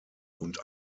und